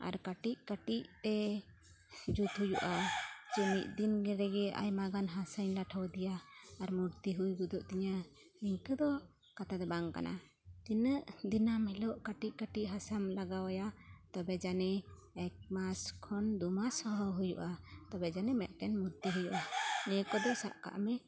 ᱟᱨ ᱠᱟᱹᱴᱤᱡ ᱠᱟᱹᱴᱤᱡ ᱛᱮ ᱡᱩᱛ ᱦᱩᱭᱩᱜᱼᱟ ᱡᱮ ᱢᱤᱫ ᱫᱤᱱ ᱨᱮᱜᱮ ᱟᱭᱢᱟᱜᱟᱱ ᱦᱟᱥᱟᱧ ᱞᱟᱴᱷᱟᱣᱟᱫᱮᱭᱟ ᱟᱨ ᱢᱩᱨᱛᱤ ᱦᱩᱭ ᱜᱚᱫᱚᱜ ᱛᱤᱧᱟᱹ ᱱᱤᱝᱠᱟᱹ ᱫᱚ ᱠᱟᱛᱷᱟ ᱫᱚ ᱵᱟᱝ ᱠᱟᱱᱟ ᱛᱤᱱᱟᱹᱜ ᱫᱤᱱᱟᱹᱢ ᱦᱤᱞᱳᱜ ᱠᱟᱹᱴᱤᱡ ᱠᱟᱹᱴᱤᱡ ᱦᱟᱥᱟᱢ ᱞᱟᱜᱟᱣᱟᱭᱟ ᱛᱚᱵᱮ ᱡᱟᱱᱤ ᱮᱠ ᱢᱟᱥ ᱠᱷᱚᱱ ᱫᱩ ᱢᱟᱥ ᱦᱚᱸ ᱦᱩᱭᱩᱜᱼᱟ ᱛᱚᱵᱮ ᱡᱟᱱᱤ ᱢᱮᱫᱴᱮᱱ ᱢᱩᱨᱛᱤ ᱦᱩᱭᱜᱼᱟ ᱱᱤᱭᱟᱹ ᱠᱚᱫᱚ ᱥᱟᱵ ᱠᱟᱜᱢᱮ